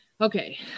okay